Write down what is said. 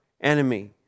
enemy